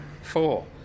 four